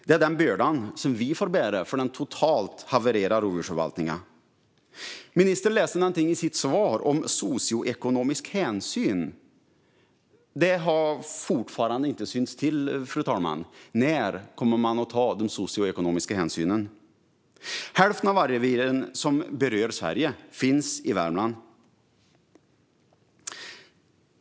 Det är den bördan som vi får bära till följd av den totalt havererade rovdjursförvaltningen. Ministern läste något i sitt svar om socioekonomisk hänsyn. Det har fortfarande inte synts till, fru talman. Hälften av vargreviren som berör Sverige finns i Värmland.